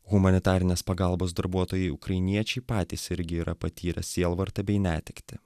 humanitarinės pagalbos darbuotojai ukrainiečiai patys irgi yra patyrę sielvartą bei netektį